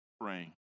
praying